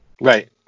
Right